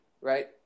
Right